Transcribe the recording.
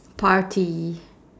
party